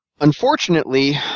Unfortunately